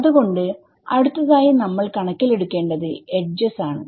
അതുകൊണ്ട് അടുത്തതായി നമ്മൾ കണക്കിലെടുക്കേണ്ടത് എഡ്ജസ് ആണ്